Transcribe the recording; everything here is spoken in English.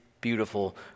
beautiful